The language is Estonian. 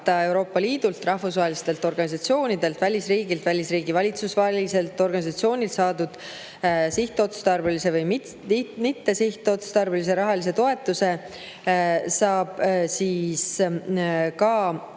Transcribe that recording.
Euroopa Liidult, rahvusvahelistelt organisatsioonidelt, välisriigilt, välisriigi valitsusväliselt organisatsioonilt saadud sihtotstarbelise või mittesihtotstarbelise rahalise toetuse saab ka kanda